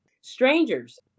strangers